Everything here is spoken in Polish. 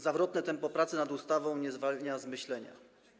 Zawrotne tempo pracy nad ustawą nie zwalnia z myślenia.